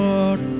Lord